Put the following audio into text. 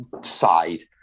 side